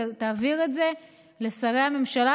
שתעביר את זה לשרי הממשלה,